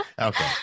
Okay